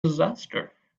disaster